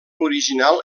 original